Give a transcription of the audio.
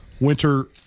winter